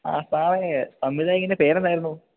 ആ സാറേ സംവിധായകൻ്റെ പേരെന്തായിരുന്നു